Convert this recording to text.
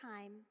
time